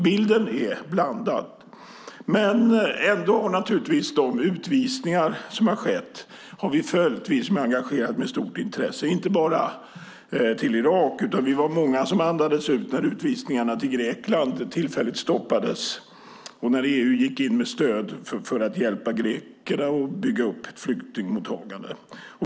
Bilden är alltså blandad. Ändå har naturligtvis de utvisningar som har skett följts med stort intresse från oss som är engagerade. Det gäller inte bara utvisningar till Irak. Vi var många som andades ut när utvisningarna till Grekland tillfälligt stoppades och EU gick in med stöd för att hjälpa grekerna att bygga upp flyktingmottagandet.